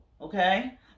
okay